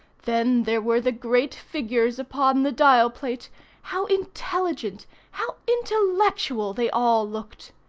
then there were the great figures upon the dial-plate how intelligent how intellectual, they all looked!